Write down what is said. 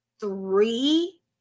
three